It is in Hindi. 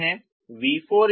आप लिखते हैं